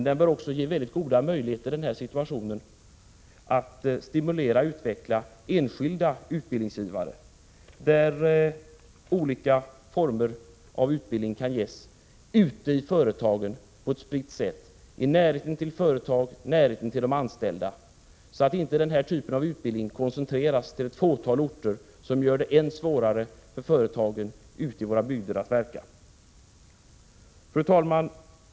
Den bör också i denna situation kunna ge goda möjligheter att stimulera och utveckla enskilda utbildningsgivare, så att olika former av utbildning kan ges ute i företagen på ett spritt sätt, i närhet till företag och anställda och utan att utbildningen koncentreras till ett fåtal orter, vilket gör det ännu svårare för företagen ute i våra bygder att verka. Fru talman!